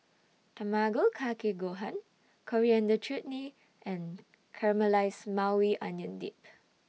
Tamago Kake Gohan Coriander Chutney and Caramelized Maui Onion Dip